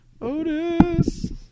Otis